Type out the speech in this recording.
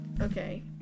okay